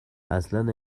اصلن